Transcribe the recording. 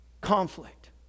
Conflict